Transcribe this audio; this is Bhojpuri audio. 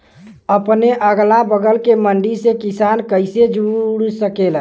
अपने अगला बगल के मंडी से किसान कइसे जुड़ सकेला?